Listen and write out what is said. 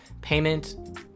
payment